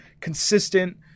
consistent